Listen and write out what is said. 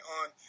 on